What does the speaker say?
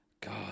god